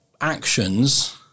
actions